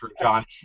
John